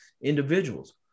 individuals